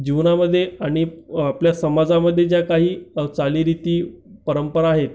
जीवनामध्ये आणि आपल्या समाजामध्ये ज्या काही चालीरीती परंपरा आहेत